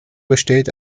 besteht